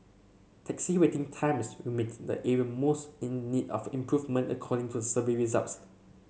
taxi waiting times remained the even most in need of improvement according to the survey results